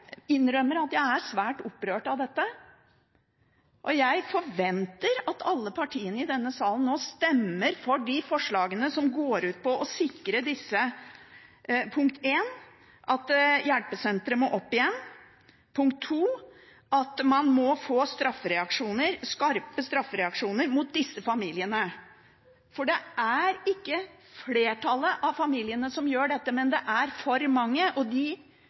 forventer at alle partiene i denne salen stemmer for de forslagene som går ut på å sikre punkt 1: at hjelpesentret må opp igjen, og punkt 2: at man må få skarpe straffereaksjoner mot disse familiene. Det er ikke flertallet av familiene som gjør dette, men det er for mange, og overgrepene som skjer mot au pairene, er så alvorlige at de